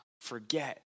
forget